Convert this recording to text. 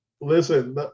Listen